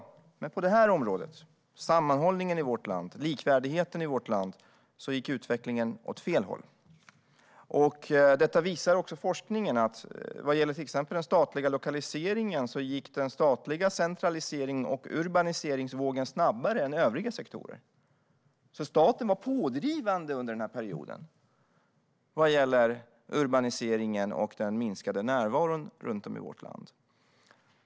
Men på detta område - sammanhållningen i vårt land och likvärdigheten i vårt land - gick utvecklingen åt fel håll. Forskningen visar också att när det gäller till exempel den statliga lokaliseringen gick den statliga centraliseringen och urbaniseringsvågen snabbare än övriga sektorer. Staten var alltså pådrivande under denna period vad gäller urbaniseringen och den minskade statliga närvaron runt om i vårt land.